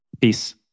Peace